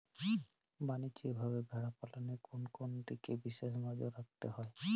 বাণিজ্যিকভাবে ভেড়া পালনে কোন কোন দিকে বিশেষ নজর রাখতে হয়?